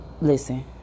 listen